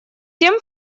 тем